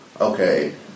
okay